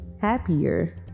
happier